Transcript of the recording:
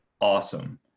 awesome